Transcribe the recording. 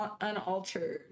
unaltered